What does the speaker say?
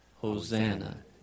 Hosanna